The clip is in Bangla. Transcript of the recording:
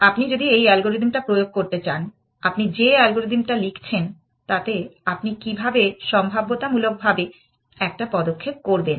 আপনি যদি এই অ্যালগরিদমটা প্রয়োগ করতে চান আপনি যে অ্যালগরিদমটা লিখছেন তাতে আপনি কীভাবে সম্ভাব্যতামূলকভাবে একটা পদক্ষেপ করবেন